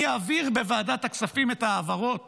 אני אעביר בוועדת הכספים את ההעברות